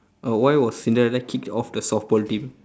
uh why was cinderella kicked off the softball team